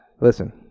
Listen